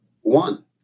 One